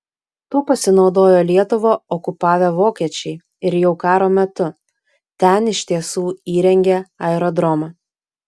tuo pasinaudojo lietuvą okupavę vokiečiai ir jau karo metu ten iš tiesų įrengė aerodromą